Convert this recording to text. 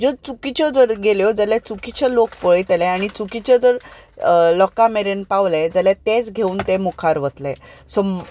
ज्यो चुकिच्यो जर गेल्यो जाल्यार चुकिच्यो लोक पळयतले आनी चुकिच्यो जर लोकां मेरेन पावलें जाल्यार तेंच घेवून ते मुखार वतले सो